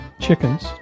chickens